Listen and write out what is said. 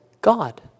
God